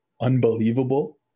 Unbelievable